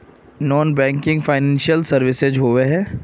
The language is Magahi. नॉन बैंकिंग फाइनेंशियल सर्विसेज होबे है?